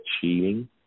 cheating